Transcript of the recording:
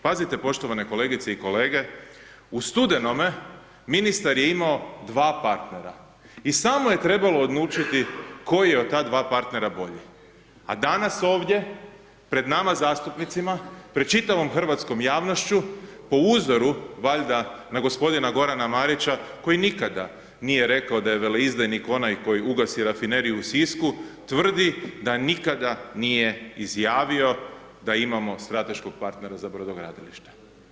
Pazite poštovane kolegice i kolege u studenome ministar je imao 2 partnera i samo je trebalo koji je od ta 2 partnera bolji, a danas ovdje pred nama zastupnicima, pred čitavom hrvatskom javnošću, po uzoru valjda na gospodina Gorana Marića koji nikada nije rekao da je veleizdajnik onaj koji ugasi rafineriju u Sisku, tvrdi da nikada nije izjavio da imamo strateškog partnera za brodogradilište.